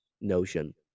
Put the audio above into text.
notion